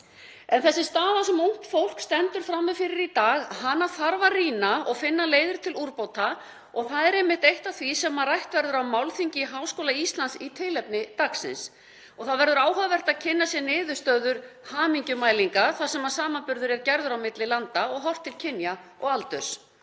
En þessa stöðu sem ungt fólk stendur frammi fyrir í dag þarf að rýna og finna leiðir til úrbóta og það er einmitt eitt af því sem rætt verður á málþingi í Háskóla Íslands í tilefni dagsins. Það verður áhugavert að kynna sér niðurstöður hamingjumælinga þar sem samanburður er gerður á milli landa og horft til kynja og aldurs.